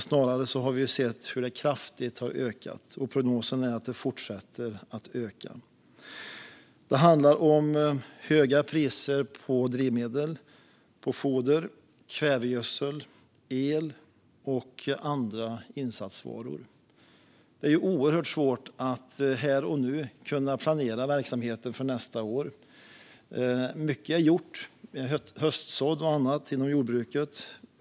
Snarare har vi sett hur kostnaderna kraftigt har ökat. Prognosen är att de fortsätter att öka. Det handlar om höga priser på drivmedel, foder, kvävegödsel, el och andra insatsvaror. Det är oerhört svårt att här och nu kunna planera verksamheten för nästa år. Mycket är gjort, höstsådd och annat, inom jordbruket.